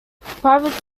private